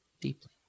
Deeply